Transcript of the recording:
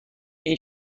این